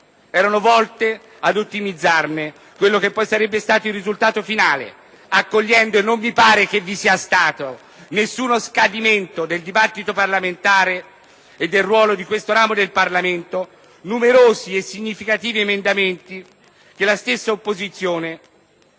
erano volte ad ottimizzarne il risultato finale, accogliendo - e non mi pare vi sia stato nessuno scadimento del dibattito parlamentare e del ruolo di questo ramo del Parlamento - numerosi e significativi emendamenti che la stessa opposizione